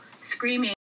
screaming